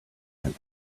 and